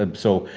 um so,